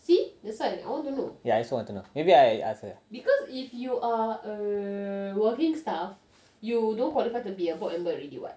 ya I also want to know maybe I ask her